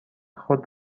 خود